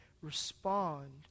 respond